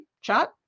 chat